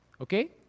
okay